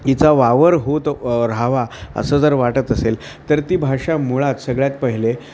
हिचा वावर होत राहावा असं जर वाटत असेल तर ती भाषा मुळात सगळ्यात पहिले